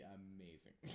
amazing